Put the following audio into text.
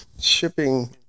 Shipping